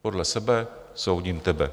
Podle sebe soudím tebe.